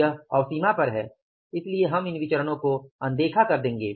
यह अवसीमा पर है इसलिए हम इन विचरणो को अनदेखा कर देंगे